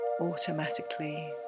Automatically